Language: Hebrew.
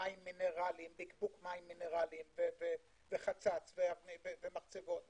בקבוק מים מינרליים, חצץ ומחצבות וכו'.